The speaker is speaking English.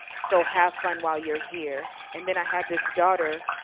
so have fun while you're here, and then i had this daughter,